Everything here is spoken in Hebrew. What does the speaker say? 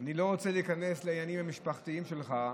אני לא רוצה להיכנס לעניינים המשפחתיים שלך,